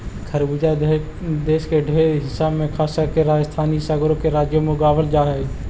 खरबूजा देश के ढेर हिस्सा में खासकर के राजस्थान इ सगरो के राज्यों में उगाबल जा हई